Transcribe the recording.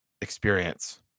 experience